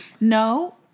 No